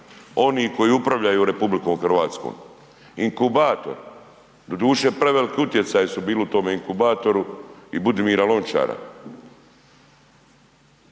onih koji upravljaju RH, inkubator. Doduše prevelik su utjecaj bili u tom inkubatoru i Budimira Lončara.